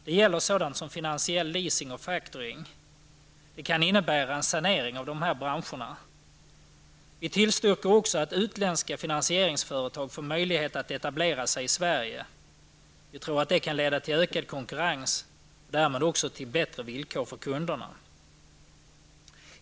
Det gäller sådant som finansiell leasing och factoring, och som kan innebära en sanering av dessa branscher. Vi tillstyrker också att utländska finasieringsföretag får möjlighet att etablera sig i Sverige. Vi tror att detta kan leda till ökad konkurrens och därmed också till bättre villkor för kunderna.